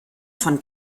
von